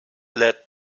led